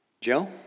Joe